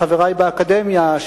לחברי באקדמיה,